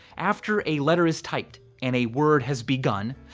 after a letter is typed and a word has begun,